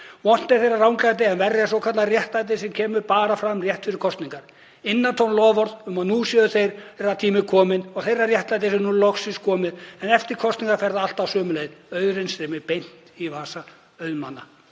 Vont er þeirra ranglæti en verra er svokallað réttlæti sem kemur bara fram rétt fyrir kosningar, innantóm loforð um að nú sé þeirra tími kominn og þeirra réttlæti nú loksins komið, en eftir kosningar fer það allt á sömu leið, auðurinn streymir beint í vasa auðmanna.